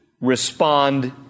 respond